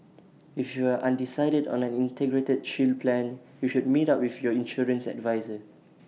if you are undecided on an integrated shield plan you should meet up with your insurance adviser